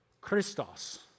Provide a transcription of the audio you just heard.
Christos